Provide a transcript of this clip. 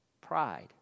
pride